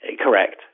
Correct